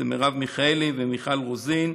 מרב מיכאלי ומיכל רוזין.